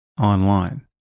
online